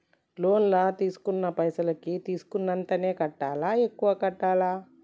Loan లా తీస్కున్న పైసల్ కి తీస్కున్నంతనే కట్టాలా? ఎక్కువ కట్టాలా?